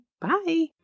Bye